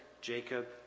Jacob